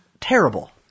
terrible